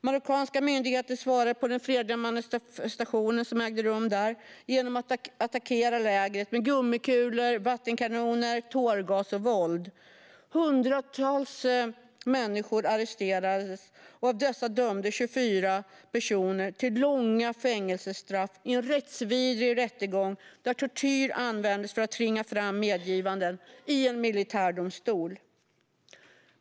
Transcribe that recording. Marockanska myndigheter svarade på den fredliga manifestation som ägde rum där genom att attackera lägret med gummikulor, vattenkanoner, tårgas och våld. Hundratals människor arresterades. Av dem dömdes 24 personer till långa fängelsestraff i en rättsvidrig rättegång, där tortyr användes för att tvinga fram medgivanden i en militärdomstol.